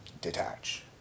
detach